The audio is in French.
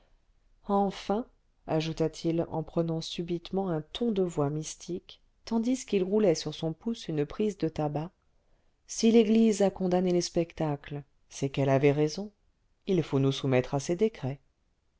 enfin ajouta-t-il en prenant subitement un ton de voix mystique tandis qu'il roulait sur son pouce une prise de tabac si l'église a condamné les spectacles c'est qu'elle avait raison il faut nous soumettre à ses décrets